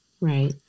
Right